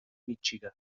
míchigan